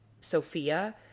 Sophia